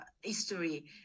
history